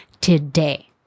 today